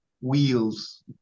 wheels